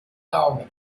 daumen